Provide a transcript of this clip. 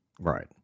right